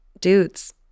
dudes